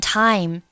time